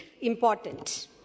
important